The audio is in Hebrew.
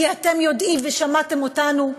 כי אתם יודעים ושמעתם אותנו,